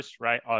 right